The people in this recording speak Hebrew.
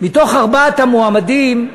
מתוך ארבעת המועמדים,